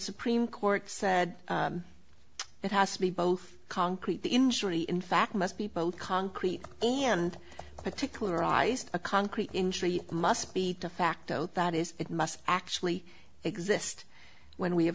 supreme court said it has to be both concrete the injury in fact must be both concrete and particularized a concrete injury must be to facto that is it must actually exist when we